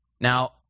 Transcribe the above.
Now